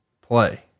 play